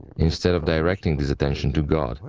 instead of directing this attention to god,